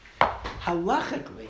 Halachically